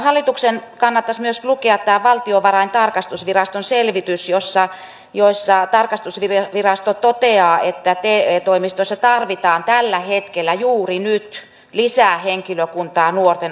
hallituksen kannattaisi myös lukea tämä valtiontalouden tarkastusviraston selvitys jossa tarkastusvirasto toteaa että te toimistoissa tarvitaan tällä hetkellä juuri nyt lisää henkilökuntaa nuorten auttamiseen